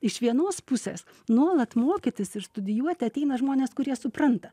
iš vienos pusės nuolat mokytis ir studijuoti ateina žmonės kurie supranta